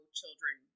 children